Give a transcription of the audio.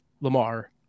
Lamar